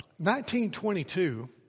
1922